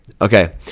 Okay